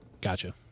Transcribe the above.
Gotcha